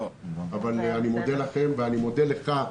אני מודה לכם, ואני מודה לך,